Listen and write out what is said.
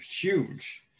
huge